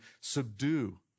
subdue